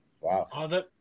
Wow